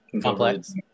Complex